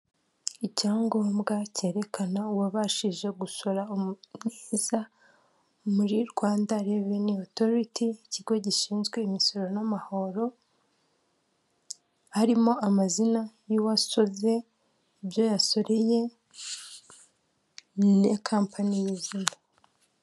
Icyangombwa kerekana uwabashije gusora neza muri Rwanda reveni otoriti, ikigo gishinzwe imisoro n'amahoro harimo amazina y'uwasoze ibyo yasoreye na kampani y'izina.